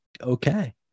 okay